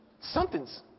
Something's